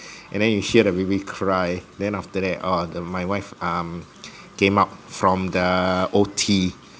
and then you hear the baby cry then after that oh the my wife um came out from the O_T